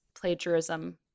plagiarism